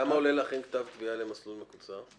כמה עולה לכם כתב תביעה למסלול מקוצר?